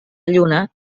lluna